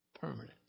permanent